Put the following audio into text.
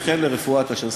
וכן לרפואת השן.